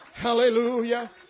Hallelujah